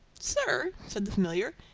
sir, said the familiar,